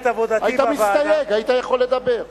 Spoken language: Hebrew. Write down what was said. היית מסתייג, היית יכול לדבר.